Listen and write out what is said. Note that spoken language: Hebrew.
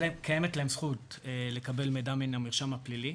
קיימת להן זכות לקבל מידע מן המרשם הפלילי.